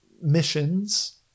missions